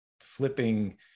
flipping